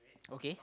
okay